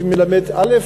שמלמד, א.